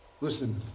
Listen